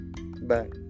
bye